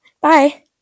Bye